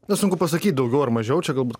nu sunku pasakyt daugiau ar mažiau čia galbūt